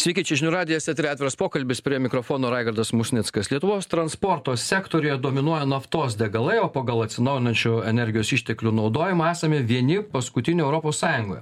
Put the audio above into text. sveiki čia žinių radijas eteryje atviras pokalbis prie mikrofono raigardas musnickas lietuvos transporto sektoriuje dominuoja naftos degalai o pagal atsinaujinančių energijos išteklių naudojimą esame vieni paskutinių europos sąjungoje